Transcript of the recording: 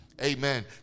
Amen